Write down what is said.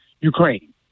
Ukraine